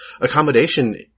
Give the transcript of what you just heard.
accommodation